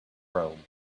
rome